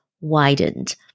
widened